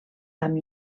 amb